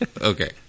Okay